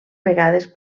vegades